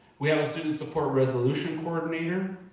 we have a student support resolution coordinator.